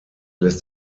lässt